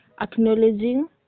acknowledging